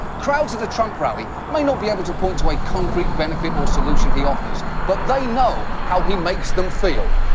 crowds at a trump rally may not be able to point to a concrete benefit or solution he offers, but they know how he makes them feel,